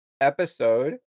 episode